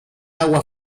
agua